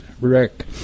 Rick